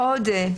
עוֹדָה.